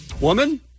Woman